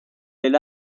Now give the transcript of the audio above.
del